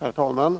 Herr talman!